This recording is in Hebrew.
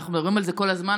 אנחנו מדברים על זה כל הזמן,